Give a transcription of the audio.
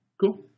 Cool